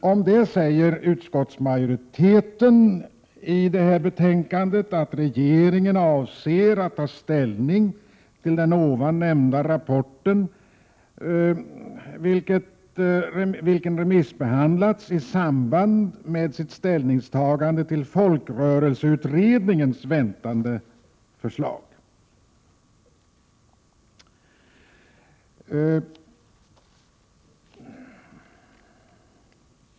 Om det säger utskottsmajoriteten i betänkandet att ”regeringen avser att ta ställning till den ovan nämnda rapporten, vilken remissbehandlats, i samband med sitt ställningstagande till folkrörelseutredningens väntade förslag”.